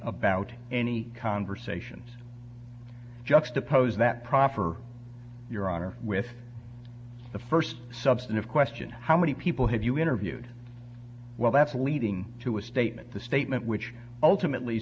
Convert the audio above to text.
about any conversations juxtapose that proffer your honor with the first substantive question how many people have you interviewed well that's leading to a statement the statement which ultimately